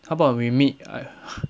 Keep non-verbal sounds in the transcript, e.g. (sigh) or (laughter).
how about we meet I (noise)